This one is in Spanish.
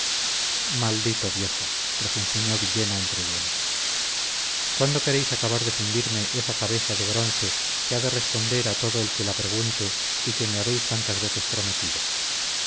maldito viejo refunfuñó villena entre dientes cuándo queréis acabar de fundirme esa cabeza de bronce que ha de responder a todo el que la pregunte y que me habéis tantas veces prometido